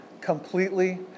completely